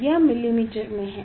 यह मिलीमीटर में है